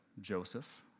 Joseph